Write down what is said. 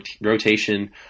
rotation